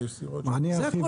זה הכל.